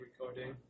recording